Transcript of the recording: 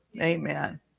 Amen